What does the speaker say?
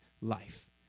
life